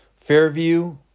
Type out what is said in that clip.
Fairview